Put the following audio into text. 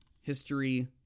History